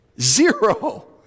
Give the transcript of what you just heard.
Zero